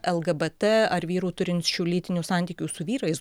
lgbt ar vyrų turinčių lytinių santykių su vyrais